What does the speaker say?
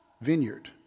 vineyard